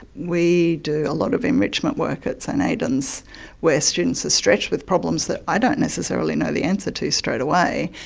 we do a lot of enrichment work at st aidan's where students are stretched with problems that i don't necessarily know the answer to straight away,